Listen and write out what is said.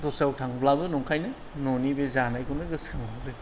दस्रायाव थांब्लाबो नंखायनो न'नि बे जानायखौनो गोसखांहरो